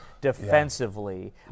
defensively